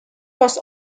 was